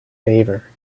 favor